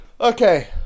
Okay